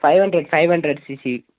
five hundred five hundred CC